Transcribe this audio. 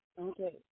Okay